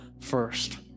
first